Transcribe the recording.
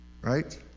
Right